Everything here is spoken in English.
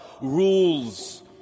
rules